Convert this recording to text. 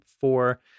four